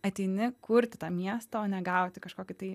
ateini kurti tą miestą o ne gauti kažkokį tai